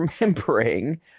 remembering